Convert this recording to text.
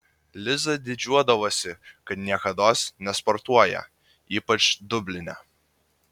liza didžiuodavosi kad niekados nesportuoja ypač dubline